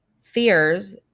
fears